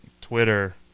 Twitter